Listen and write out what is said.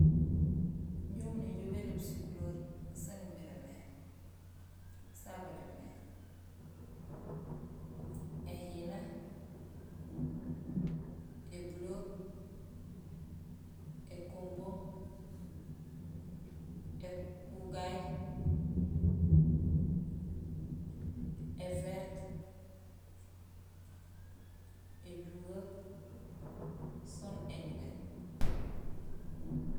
Injé umu néjool béloob sikuleer san nimiir mé sa bajo mé: éhina, ébuleer, ékombooŋ, ékugaay, évertee, éjugeek, sonn éñugéét